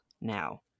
now